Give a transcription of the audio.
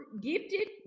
gifted